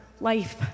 life